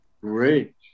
Great